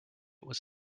was